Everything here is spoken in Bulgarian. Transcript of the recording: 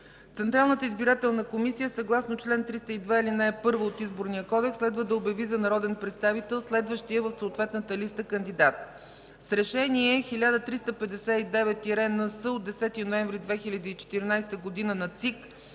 Централната избирателна комисия съгласно чл. 302, ал. 1 от Изборния кодекс следва да обяви за народен представител следващия в съответната листа кандидат. С Решение № 1359-НС от 10 ноември 2014 г. на ЦИК